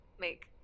make